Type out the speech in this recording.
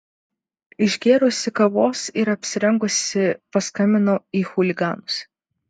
išgėrusi kavos ir apsirengusi paskambinau į chuliganus